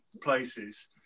places